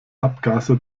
abgase